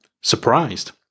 surprised